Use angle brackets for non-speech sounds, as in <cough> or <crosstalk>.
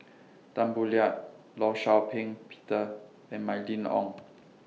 Tan Boo Liat law Shau Ping Peter and Mylene Ong <noise>